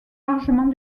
largement